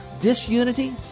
Disunity